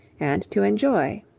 and to enjoy.